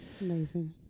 amazing